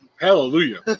Hallelujah